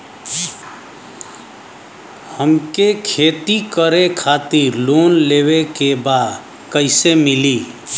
हमके खेती करे खातिर लोन लेवे के बा कइसे मिली?